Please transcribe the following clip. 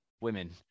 women